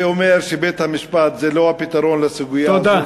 ואומר שבית-המשפט זה לא הפתרון לסוגיה הזאת, תודה.